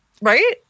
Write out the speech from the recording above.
right